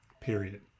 Period